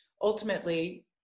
Ultimately